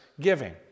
giving